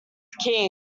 king